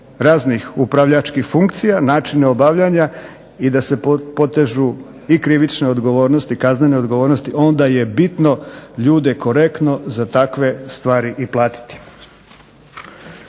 raznih upravljačkih funkcija, načine obavljanja i da se potežu i krivične odgovornosti, kaznene odgovornosti. Onda je bitno ljude korektno za takve stvari i platiti.